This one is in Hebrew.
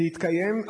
להתקיים,